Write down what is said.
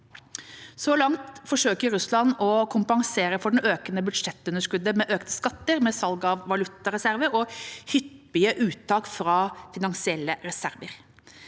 Så langt forsøker Russland å kompensere for det økende budsjettunderskuddet ved økte skatter, salg av valutareserver og hyppigere uttak fra finansielle reserver.